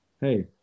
Hey